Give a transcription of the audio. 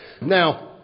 Now